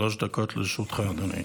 שלוש דקות לרשותך, אדוני.